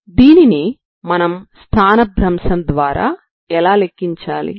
దీనిని మనం స్థానభ్రంశం ద్వారా ఎలా లెక్కించాలి